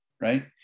right